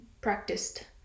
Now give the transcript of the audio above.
practiced